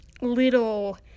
little